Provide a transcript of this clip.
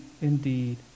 indeed